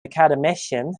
academician